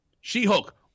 She-Hulk